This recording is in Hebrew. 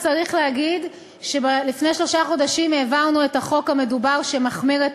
צריך להגיד שלפני שלושה חודשים העברנו את החוק המדובר שמחמיר את